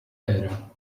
era